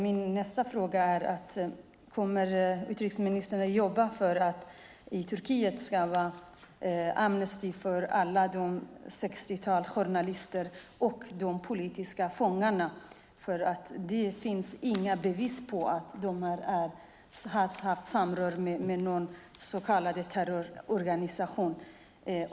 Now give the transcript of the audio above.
Min nästa fråga är: Kommer utrikesministern att jobba för att det i Turkiet ska ges amnesti till alla sextiotalet journalister och de politiska fångarna? Det finns inga bevis för att de har haft samröre med någon så kallad terrororganisation.